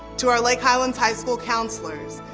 to our lake highlands high school counselors.